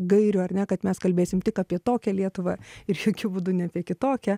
gairių ar ne kad mes kalbėsim tik apie tokią lietuvą ir jokiu būdu ne apie kitokią